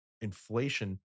inflation